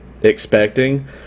expecting